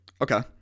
Okay